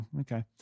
okay